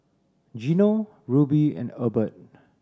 Gino Ruby and Ebert